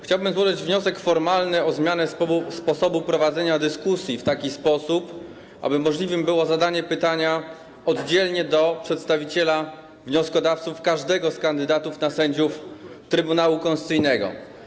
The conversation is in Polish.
Chciałbym złożyć wniosek formalny o zmianę sposobu prowadzenia dyskusji w taki sposób, aby możliwe było zadanie pytania oddzielnie do przedstawiciela wnioskodawców każdego z kandydatów na sędziów Trybunału Konstytucyjnego.